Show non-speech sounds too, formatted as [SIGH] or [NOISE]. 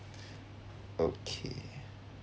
[BREATH] okay